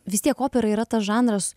vis tiek opera yra tas žanras